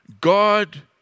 God